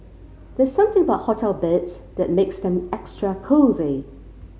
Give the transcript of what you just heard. there's something about hotel beds that makes them extra cosy